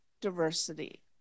diversity